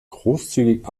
großzügig